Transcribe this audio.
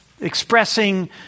expressing